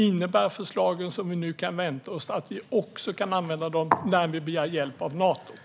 Kommer förslagen som vi nu kan vänta oss också att kunna användas när vi begär hjälp av Nato?